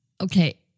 Okay